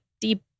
deep